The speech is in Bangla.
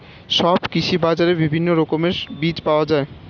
সব কৃষি বাজারে বিভিন্ন রকমের বীজ পাওয়া যায়